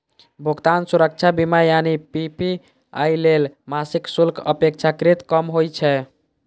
भुगतान सुरक्षा बीमा यानी पी.पी.आई लेल मासिक शुल्क अपेक्षाकृत कम होइ छै